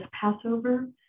Passover